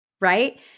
Right